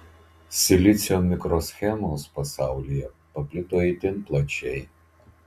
silicio mikroschemos pasaulyje paplito itin plačiai